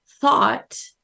thought